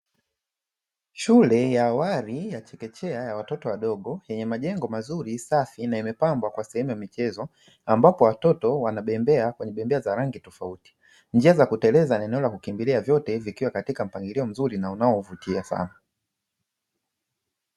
Shule ya awali ya chekechea ya watoto wadogo, yenye majengo mazuri safi na imepambwa kwa sehemu ya michezo, ambapo watoto wanabembea kwenye bembea za rangi tofauti, njia za kuteleza na eneo la kukimbilia vyote vikiwa katika mpangilio mzuri na unaovutia sana.